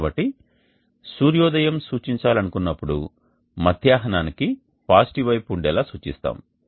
కాబట్టి సూర్యోదయం సూచించాలనుకున్నప్పుడు మధ్యాహ్నానికి పాజిటివ్ వైపు ఉండేలా సూచిస్తాము